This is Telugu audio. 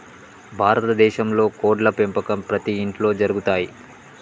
భారత దేశంలో కోడ్ల పెంపకం ప్రతి ఇంట్లో జరుగుతయ్